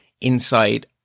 inside